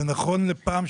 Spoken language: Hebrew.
זה נכון לפעם,